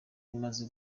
rimaze